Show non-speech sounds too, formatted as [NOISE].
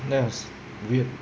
[NOISE] weird